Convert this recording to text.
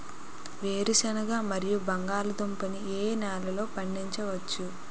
వేరుసెనగ మరియు బంగాళదుంప ని ఏ నెలలో పండించ వచ్చు?